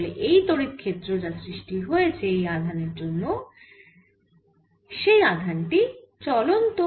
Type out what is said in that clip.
তাহলে এই হল তড়িৎ ক্ষেত্র যা সৃষ্টি হয়েছে এই আধানের জন্য যাই আধান টি চলন্ত